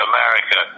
America